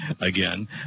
again